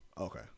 Okay